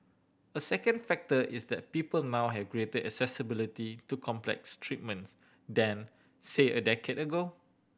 a second factor is that people now have greater accessibility to complex treatments than say a decade ago